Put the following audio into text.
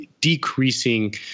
decreasing